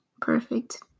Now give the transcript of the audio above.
perfect